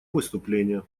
выступление